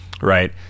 right